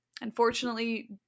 unfortunately